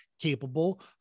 capable